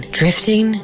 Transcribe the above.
drifting